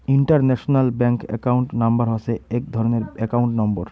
international bank account number হসে এক ধরণের একাউন্ট নম্বর